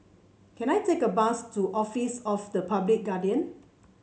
can I take a bus to Office of the Public Guardian